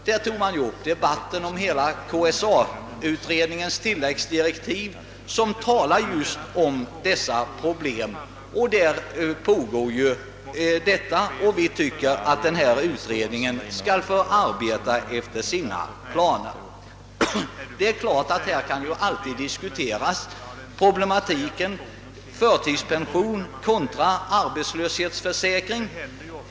Där upptogs ju KSA-utredningens tilläggsdirektiv och vi tycker att denna utredning skall få arbeta planenligt. Det är klart att man alltid kan diskutera problematiken förtidspension kontra arbetslöshetsförsäkring.